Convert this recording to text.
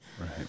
Right